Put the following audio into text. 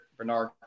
Bernard